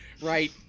right